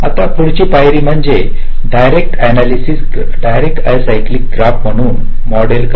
आता पुढची पायरी म्हणजे हे डायरेक्ट अॅसायक्लिक ग्राफ म्हणून मॉडेल करणे